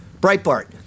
Breitbart